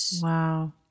Wow